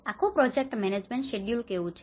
આખું project management schedule કેવું છે